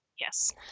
Yes